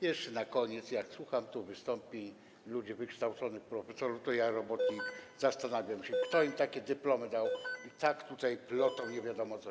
Jeszcze na koniec, jak słucham tu wystąpień ludzi wykształconych, profesorów, to ja robotnik, zastanawiam się, kto im takie dyplomy dał i dlaczego tak plotą nie wiadomo co.